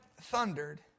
thundered